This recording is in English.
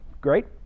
great